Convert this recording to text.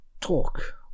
talk